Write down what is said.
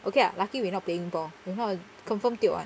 okay lah lucky we not playing ball if not confirm tio [one]